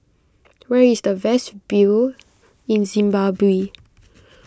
where is the best view in Zimbabwe